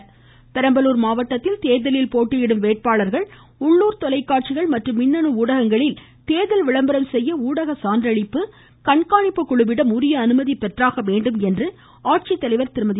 தேர்தல் இருவரி பெரம்பலூர் மாவட்டத்தில் தேர்தலில் போட்டியிடும் வேட்பாளர்கள் உள்ளுர் தொலைக்காட்சிகள் மற்றும் மின்னு ஊடகங்களில் தேர்தல் விளம்பரம் செய்ய ஊடக சான்றளிப்பு மற்றும் கண்காணிப்பு குழுவிடம் உரிய அனுமதி பெறவேண்டும் என்று மாவட்ட ஆட்சித்தலைவர் திருமதி